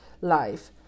life